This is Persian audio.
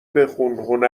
بخون